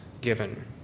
given